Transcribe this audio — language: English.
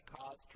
cause